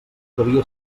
devia